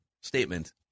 Statement